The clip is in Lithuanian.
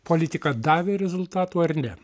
politika davė rezultatų ar ne